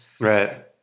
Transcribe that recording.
right